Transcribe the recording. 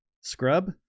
scrub